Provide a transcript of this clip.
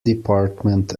department